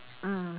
mm